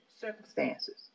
circumstances